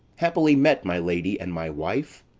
happily met, my lady and my wife!